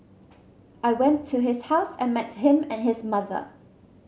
I went to his house and met him and his mother